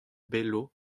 bello